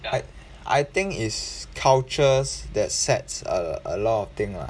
I I think it's cultures that sets a a lot of thing ah